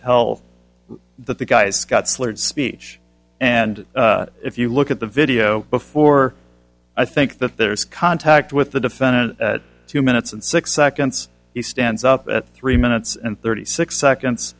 tell that the guy's got slurred speech and if you look at the video before i think that there is contact with the defendant two minutes and six seconds he stands up at three minutes and thirty six